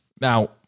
Now